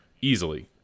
easily